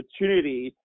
opportunity